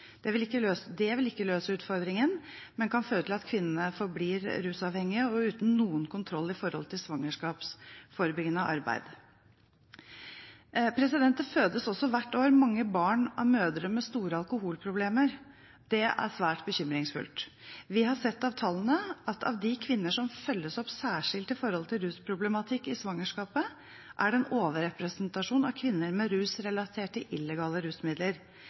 Det vil ikke løse utfordringen, men kan føre til at kvinnene forblir rusavhengige og uten noen kontroll knyttet til svangerskapsforebyggende arbeid. Det fødes også hvert år mange barn av mødre med store alkoholproblemer. Det er svært bekymringsfullt. Vi har sett av tallene at av de kvinner som følges opp særskilt i forbindelse med rusproblematikk i svangerskapet, er det en overrepresentasjon av kvinner med rus relatert til illegale rusmidler.